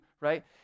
right